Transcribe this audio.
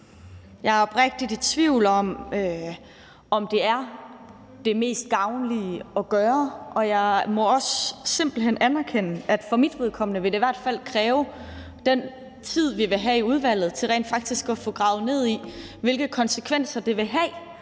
Jeg er oprigtigt i tvivl om, om det er det mest gavnlige at gøre, og jeg må simpelt hen også erkende, at det for mit vedkommende i hvert fald vil kræve den tid, vi vil have i udvalget, i forhold til rent faktisk at få gravet ned i, hvilke konsekvenser det vil have